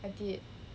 I did